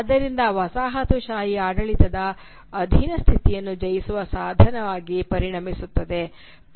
ಆದ್ದರಿಂದ ವಸಾಹತುಶಾಹಿ ಆಡಳಿತದ ಅಧೀನ ಸ್ಥಿತಿಯನ್ನು ಜಯಿಸುವ ಸಾಧನವಾಗಿ ಪರಿಣಮಿಸುತ್ತದೆ